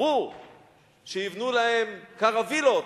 אמרו שיבנו להם קרווילות.